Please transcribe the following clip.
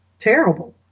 terrible